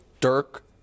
Dirk